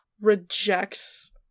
rejects